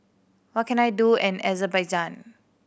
what can I do in Azerbaijan